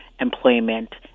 employment